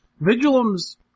Vigilum's